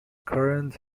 current